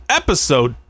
episode